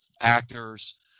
actors